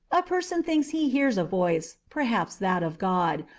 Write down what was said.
a person thinks he hears a voice, perhaps that of god,